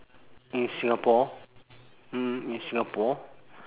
in singapore mm in singapore